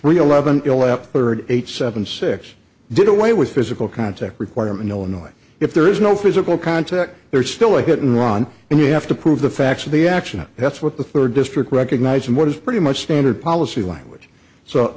three eleven eleven thirty eight seven six did away with physical contact requirement illinois if there is no physical contact there is still a hidden ron and you have to prove the facts of the action that's what the third district recognize and what is pretty much standard policy language so